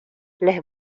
les